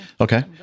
okay